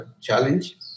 challenge